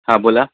हां बोला